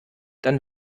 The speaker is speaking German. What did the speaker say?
dann